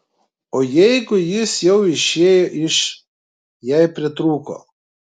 o jeigu jis jau išėjo iš jei pritrūko